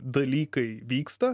dalykai vyksta